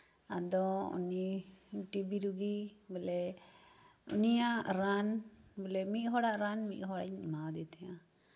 ᱟᱫᱚ ᱩᱱᱤ ᱴᱤ ᱵᱤ ᱨᱩᱜᱤ ᱵᱚᱞᱮ ᱩᱱᱤᱭᱟᱜ ᱨᱟᱱ ᱵᱚᱞᱮ ᱢᱤᱫ ᱦᱚᱲᱟᱜ ᱨᱟᱱ ᱢᱤᱫ ᱦᱚᱲᱤᱧ ᱮᱢᱟᱣᱟᱫᱮ ᱛᱟᱦᱮᱫᱼᱟ